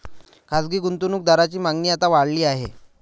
खासगी गुंतवणूक दारांची मागणी आता वाढली आहे